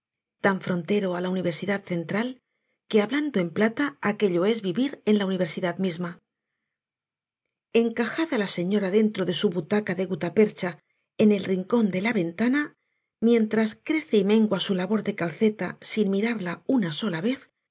tan frontero á la universidad central que hablando en plata aquello es vivir en la universidad misma encajada la señora dentro de su butaca de gutapercha en el rincón de la ventana mientras crece y mengua su labor de calceta sin mirarla una sola vez